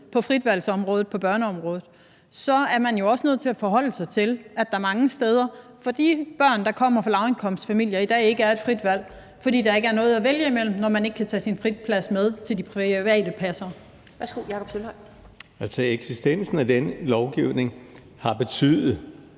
på fritvalgsområdet på børneområdet, så er man jo også nødt til at forholde sig til, at der for de børn, der kommer fra lavindkomstfamilier, mange steder i dag ikke er et frit valg, fordi der ikke er noget at vælge imellem, når man ikke kan tage sin friplads med til de private passere. Kl. 12:47 Den fg. formand (Annette